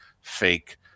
fake